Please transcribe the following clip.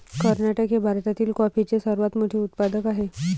कर्नाटक हे भारतातील कॉफीचे सर्वात मोठे उत्पादक आहे